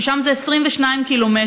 ושם זה 22 קילומטר,